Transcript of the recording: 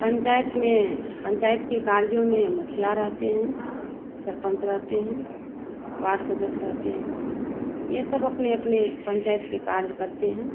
पंचायत में पंचायत के कार्यों में मुखिया रहते हैं सरपंच रहते हैं वार्ड सदस्य रहते हैं ये सब अपने अपने पंचायत के कार्य करते हैं